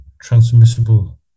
transmissible